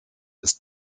ist